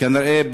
כנראה,